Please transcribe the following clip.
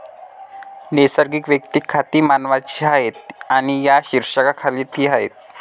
नैसर्गिक वैयक्तिक खाती मानवांची आहेत आणि या शीर्षकाखाली ती आहेत